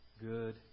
good